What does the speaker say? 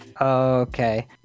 Okay